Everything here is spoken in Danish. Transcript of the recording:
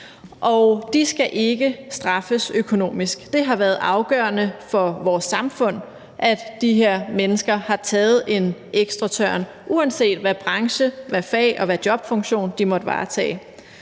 Og de skal ikke straffes økonomisk. Det har været afgørende for vores samfund, at de her mennesker har taget en ekstra tørn, uanset hvilken branche, hvilket fag og hvilken jobfunktion de måtte varetage.